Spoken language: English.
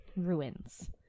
Ruins